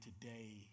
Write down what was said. today